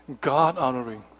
God-honoring